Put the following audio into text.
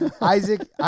Isaac